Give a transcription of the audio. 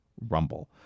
Rumble